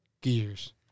Gears